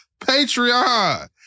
Patreon